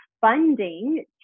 funding